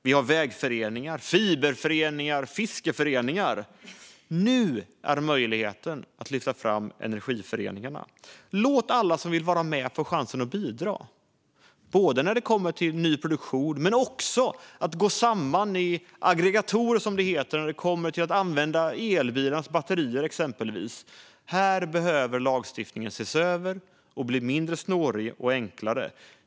Vi har vägföreningar, fiberföreningar och fiskeföreningar. Nu finns en möjlighet att lyfta fram energiföreningar. Låt alla som vill få chansen att bidra med nyproduktion eller gå samman i aggregatorer för att exempelvis använda elbilsbatterier. Här behöver lagstiftningen ses över och bli mindre snårig och enklare.